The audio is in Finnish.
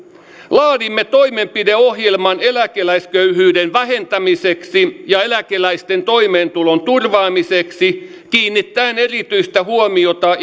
laadimme toimenpideohjelman eläkeläisköyhyyden vähentämiseksi ja eläkeläisten toimeentulon turvaamiseksi kiinnittäen erityistä huomiota